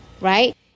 right